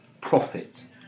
profit